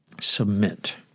submit